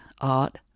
art